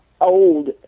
old